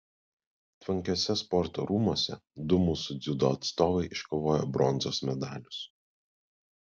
tvankiuose sporto rūmuose du mūsų dziudo atstovai iškovojo bronzos medalius